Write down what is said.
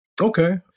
Okay